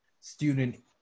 student